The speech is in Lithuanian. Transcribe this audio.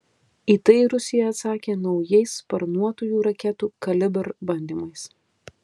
į tai rusija atsakė naujais sparnuotųjų raketų kalibr bandymais